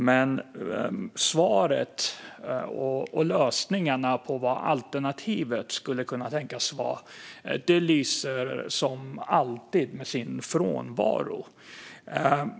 Men svaret och vad lösningarna och alternativet skulle kunna tänkas vara lyser som alltid med sin frånvaro.